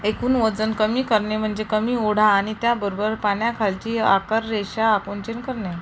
एकूण वजन कमी करणे म्हणजे कमी ओढा आणि त्याबरोबर पाण्याखालची आकाररेषा आकुंचन करणे